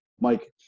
Mike